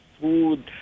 food